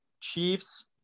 Chiefs